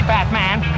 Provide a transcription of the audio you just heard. Batman